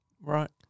Right